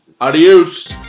Adios